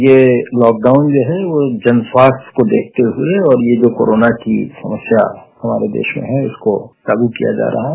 यह लाकडाउन जो है वह जन स्वास्थ्य को देखते हुए और ये जो कोरोना की समस्या हमारे देश में है इसको खत्म किया जा रहा हैं